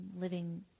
living